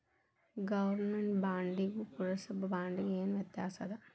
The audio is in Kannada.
ಗವರ್ಮೆನ್ಟ್ ಬಾಂಡಿಗೂ ಪುರ್ಸಭಾ ಬಾಂಡಿಗು ಏನ್ ವ್ಯತ್ಯಾಸದ